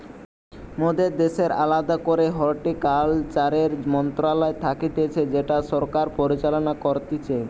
মোদের দ্যাশের আলদা করেই হর্টিকালচারের মন্ত্রণালয় থাকতিছে যেটা সরকার পরিচালনা করতিছে